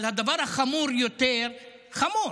אבל הדבר החמור יותר, חמור,